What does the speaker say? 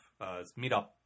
meetup